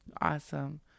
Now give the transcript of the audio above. awesome